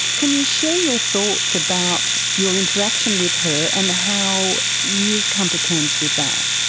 can you share your thoughts about your interaction with her and how you've come to terms with that?